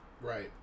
Right